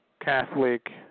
Catholic